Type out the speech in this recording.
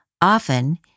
Often